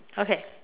okay